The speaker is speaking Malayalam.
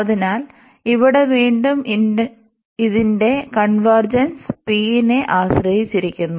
അതിനാൽ ഇവിടെ വീണ്ടും ഇതിന്റെ കൺവെർജെൻസ് p നെ ആശ്രയിച്ചിരിക്കുന്നു